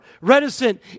reticent